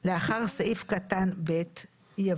הוא